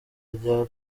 rya